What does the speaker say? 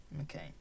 Okay